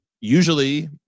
usually